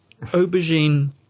aubergine